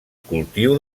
cultiu